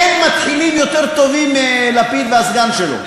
אין מתחילים יותר טובים מלפיד והסגן שלו.